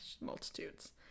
multitudes